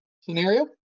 scenario